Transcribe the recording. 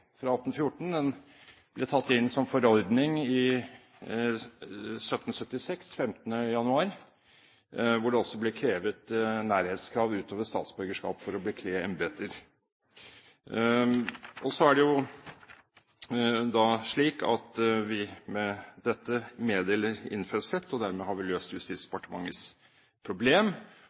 fra 1814. Den ble tatt inn som forordning i 1776, 15. januar, hvor det også var nærhetskrav utover statsborgerskap for å bekle embeter. Så er det slik at vi med dette meddeler innfødsrett, og dermed har vi løst Justisdepartementets problem.